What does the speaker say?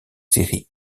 séries